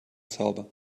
sauber